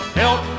help